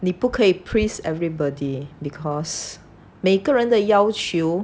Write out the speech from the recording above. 你不可以 please everybody because 每个人的要求